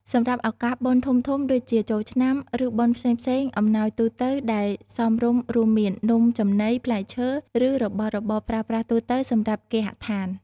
សម្រាប់ឱកាសបុណ្យធំៗដូចជាចូលឆ្នាំ ឬបុណ្យផ្សេងៗ អំណោយទូទៅដែលសមរម្យរួមមាន នំចំណី ផ្លែឈើ ឬ របស់របរប្រើប្រាស់ទូទៅសម្រាប់គេហដ្ឋាន។